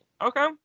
Okay